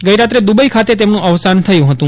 ગઇરાત્રે દુબઇ ખાતે તેમનું અવસાન થયું હતું